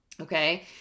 Okay